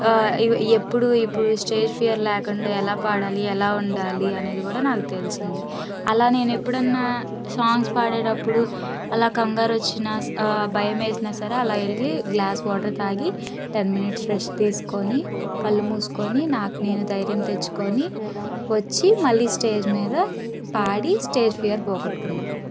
ఎప్పుడు ఇప్పుడు stage fear లేకుండా ఎలా పాడాలి ఎలా ఉండాలి అనేది కూడా నాకు తెలిసింది అలా నేను ఎప్పుడన్నా సాంగ్స్ పాడేటప్పుడు అలా కంగారు వచ్చినా భయం వేసినా సరే అలా వెళ్ళి గ్లాస్ వాటర్ తాగి టెన్ మినిట్స్ రెస్ట్ తీసుకోని కళ్ళు మూసుకొని నాకు నేను ధైర్యం తెచ్చుకొని వచ్చి మళ్ళీ స్టేజి మీద పాడి స్టేజ్ ఫియర్ పోగొట్టుకున్నాను